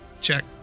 check